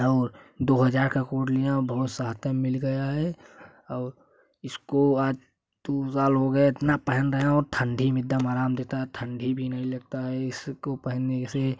और दो हजार का कोट लिया हूँ बहुत साथ में मिल गया है और इसको आद दो साल हो गए इतना पहन रहें और ठंडी में एकदम आराम रहता है ठंडी भी नहीं लगता है इसको पहनने से